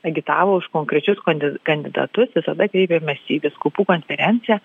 agitavo už konkrečius kandi kandidatus visada kreipiamės į vyskupų konferenciją